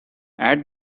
add